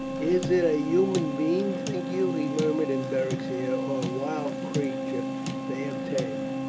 is it a human being, think you, he murmured in beric's ear, or a wild creature they have tamed?